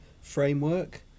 framework